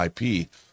IP